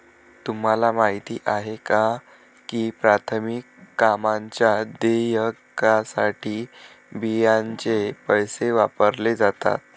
तुम्हाला माहिती आहे का की प्राथमिक कामांच्या देयकासाठी बियांचे पैसे वापरले जातात?